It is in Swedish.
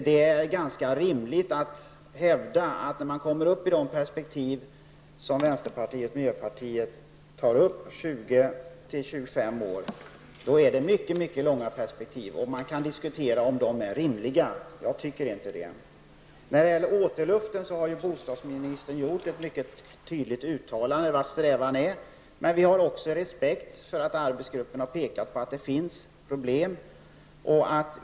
Man kan då hävda att de perspektiv som vänsterpartiet och miljöpartiet har, 20--25 år, är mycket långa. Man kan diskutera om dessa perspektiv är rimliga. Jag tycker inte det. Bostadsministern har gjort ett mycket tydligt uttalande om återluften. Vi har också respekt för att arbetsgruppen har pekat på att det finns problem.